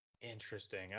interesting